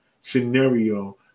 scenario